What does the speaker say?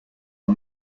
are